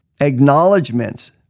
acknowledgments